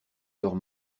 leurs